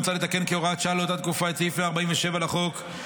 מוצע לתקן כהוראת שעה לאותה תקופה את סעיף 147 לחוק,